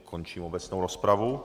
Končím obecnou rozpravu.